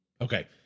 Okay